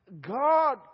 God